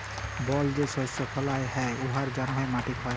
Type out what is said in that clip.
বল যে শস্য ফলাল হ্যয় উয়ার জ্যনহে মাটি ক্ষয় হ্যয়